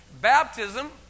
Baptism